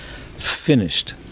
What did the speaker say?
finished